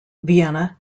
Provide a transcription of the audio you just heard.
vienna